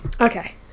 Okay